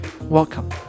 Welcome